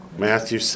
Matthew